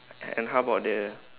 and and how about the